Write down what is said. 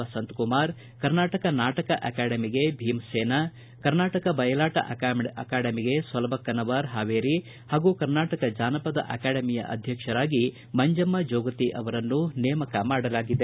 ವಸಂತಕುಮಾರ್ ಕರ್ನಾಟಕ ನಾಟಕ ಅಕಾಡೆಮಿಗೆ ಭೀಮಸೇನ ಕರ್ನಾಟಕ ಬಯಲಾಟ ಅಕಾಡೆಮಿಗೆ ಸೊಲಬಕ್ಕನವರ ಹಾವೇರಿ ಹಾಗೂ ಕರ್ನಾಟಕ ಜಾನಪದ ಅಕಾಡೆಮಿಯ ಅಧ್ಯಕ್ಷರಾಗಿ ಮಂಜಮ್ಮ ಜೋಗತಿ ಅವರನ್ನು ನೇಮಿಸಲಾಗಿದೆ